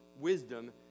wisdom